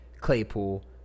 Claypool